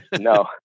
no